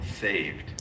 saved